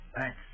Thanks